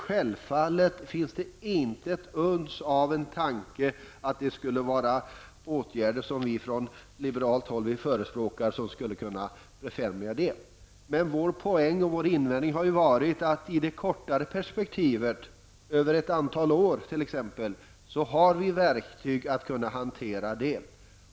Självfallet skulle inte någon av de åtgärder som vi från liberalt håll förespråkar kunna befrämja detta. Vår inställning har varit att man i det kortare perspektivet, t.ex. under ett antal år, skall ha verktyg för att hantera detta.